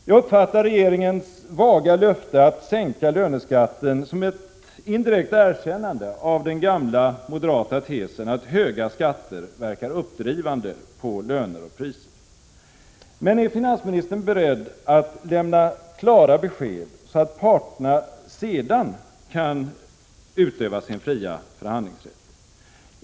Jag uppfattar regeringens vaga löfte att sänka löneskatten som ett indirekt erkännande av den gamla moderata tesen att höga skatter verkar uppdrivande på löner och priser. Men är finansministern beredd att lämna klara besked, så att arbetsmarknadens parter sedan kan utöva sin fria förhandlingsrätt?